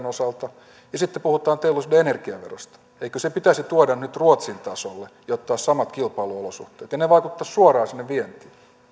osalta ja sitten puhutaan teollisuuden energiaverosta eikö se pitäisi tuoda nyt ruotsin tasolle ja ottaa samat kilpailuolosuhteet ja ne vaikuttaisivat suoraan sinne